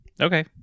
Okay